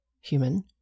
human